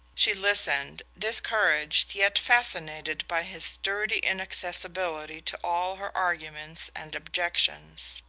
she listened, discouraged yet fascinated by his sturdy inaccessibility to all her arguments and objections.